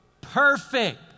perfect